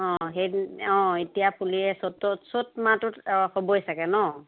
অঁ সেই অঁ এতিয়া ফুলিয়ে চ'ত ত'ত চ'ত মাহটোত অঁ হ'বই চাগে ন